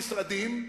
במשרדים,